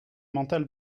mental